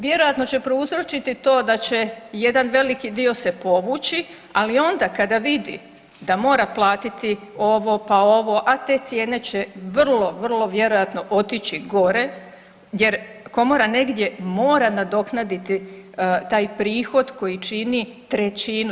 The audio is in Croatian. Vjerojatno će prouzročiti to da će jedan veliki dio se povući, ali onda kada vidi da mora platiti ovo, pa ovo a te cijene će vrlo, vrlo vjerojatno otići gore jer Komora negdje mora nadoknaditi taj prihod koji čini trećinu.